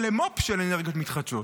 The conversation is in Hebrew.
ולמו"פ של אנרגיות מתחדשות.